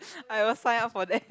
I will sign up for that